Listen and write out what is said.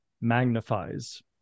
magnifies